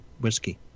whiskey